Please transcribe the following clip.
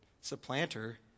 supplanter